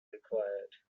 required